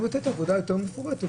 יכולים לתת עבודה יותר מפורטת.